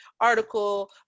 article